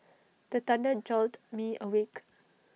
the thunder jolt me awake